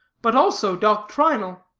but also doctrinal.